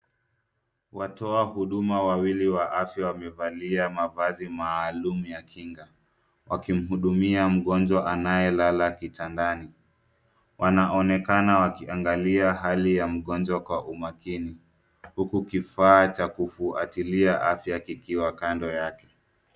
Watoa huduma wawili wa afya wamevalia mavazi maalum ya kinga wakimhudumia mgonjwa anayelala kitandani, wanaonekana wakiangalia hali ya mgonjwa kwa umakini huku kifaa cha kufuatilia afya kikiwa kando yake.